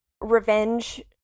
revenge